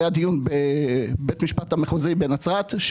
היה דיון בבית משפט המחוזי בנצרת.